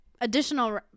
additional